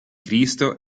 cristo